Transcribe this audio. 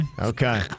Okay